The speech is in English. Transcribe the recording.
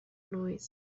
noise